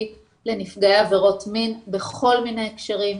לנפגעי עבירות מין בכל מיני הקשרים,